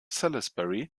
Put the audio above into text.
salisbury